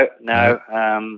no